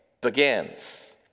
begins